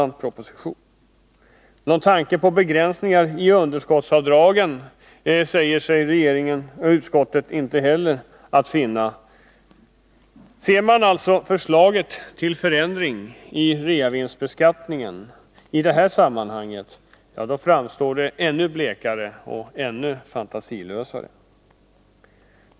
Någon tanke på begränsningar i underskottsavdragen säger sig utskottet inte heller ha. Ser man alltså förslaget till förändring i reavinstbeskattningen i detta sammanhang, framstår det som ännu blekare och ännu mer fantasilöst.